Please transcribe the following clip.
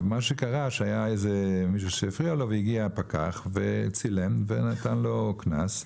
מה שקרה זה שהיה מישהו שהפריע לו והגיע פקח וצילם ונתן לו דוח.